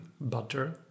Butter